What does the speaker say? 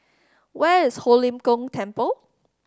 where is Ho Lim Kong Temple